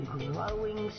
growing